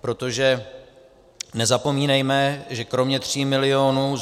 Protože nezapomínejme, že kromě zhruba tří milionů